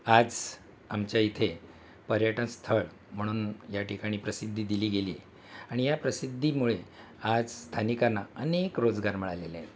आज आमच्या इथे पर्यटन स्थळ म्हणून याठिकाणी प्रसिद्धी दिली गेली आणि या प्रसिद्धीमुळे आज स्थानिकांना अनेक रोजगार मिळालेले आहे